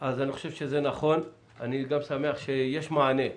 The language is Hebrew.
שמח שיש מענה,